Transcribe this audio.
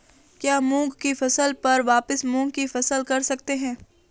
क्या मूंग की फसल पर वापिस मूंग की फसल कर सकते हैं?